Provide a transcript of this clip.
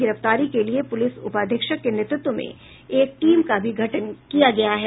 गिरफ्तारी के लिए पुलिस उपाधीक्षक के नेतृत्व में एक टीम का भी गठन किया गया है